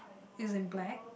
is in black